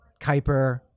Kuiper